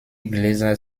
gläser